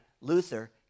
Luther